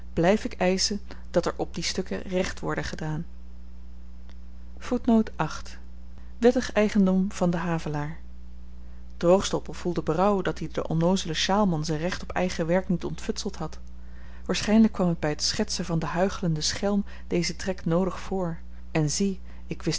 blyf ik eischen dat er op die stukken recht worde gedaan wettig eigendom van den havelaar droogstoppel voelde berouw dat-i den onnoozelen sjaalman z'n recht op eigen werk niet ontfutseld had waarschynlyk kwam me by t schetsen van den huichelenden schelm deze trek noodig voor en zie ik wist